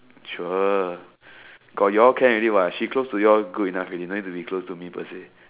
sure got you all can already what she is close to you'all good enough already don't need to be close to me purposely